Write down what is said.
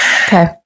Okay